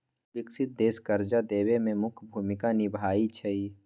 विकसित देश कर्जा देवे में मुख्य भूमिका निभाई छई